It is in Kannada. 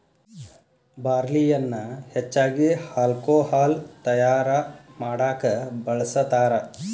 ಬಾರ್ಲಿಯನ್ನಾ ಹೆಚ್ಚಾಗಿ ಹಾಲ್ಕೊಹಾಲ್ ತಯಾರಾ ಮಾಡಾಕ ಬಳ್ಸತಾರ